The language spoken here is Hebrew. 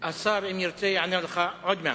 השר, אם ירצה, יענה לך עוד מעט.